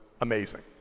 amazing